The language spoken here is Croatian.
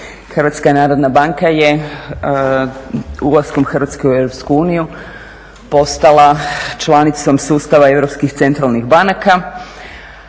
Hrvatska narodna banka je ulaskom Hrvatske u EU postala članicom sustava europskih centralnih banaka,